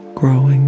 growing